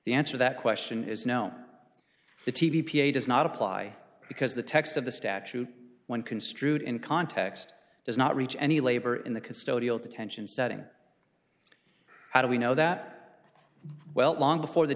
the answer that question is now the t v p a does not apply because the text of the statute when construed in context does not reach any labor in the custodial detention setting how do we know that well long before the